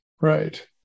Right